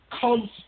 comes